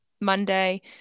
Monday